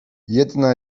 jedna